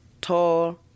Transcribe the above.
tall